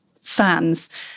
fans